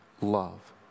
love